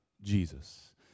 Jesus